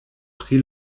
pri